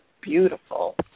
beautiful